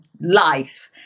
life